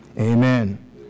Amen